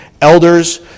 elders